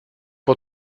può